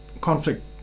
conflict